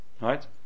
right